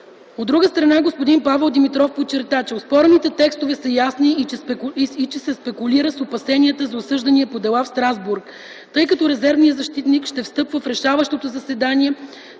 От друга страна, господин Павел Димитров подчерта, че оспорените текстове са ясни и се спекулира с опасенията за осъждания по дела в Страсбург, тъй като резервният защитник ще встъпва в решаващото заседание,